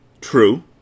True